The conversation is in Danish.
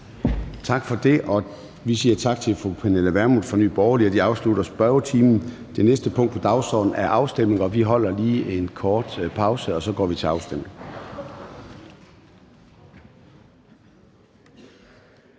Tak for det. Vi siger tak til fru Pernille Vermund fra Nye Borgerlige. Det afslutter spørgetimen. Næste punkt på dagsordenen er en afstemning, så vi holder lige en kort pause, og så går vi til afstemning.